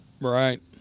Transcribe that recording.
Right